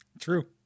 True